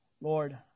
Lord